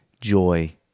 joy